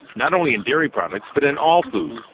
not only in dairy products but in all food.